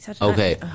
Okay